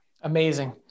Amazing